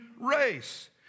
race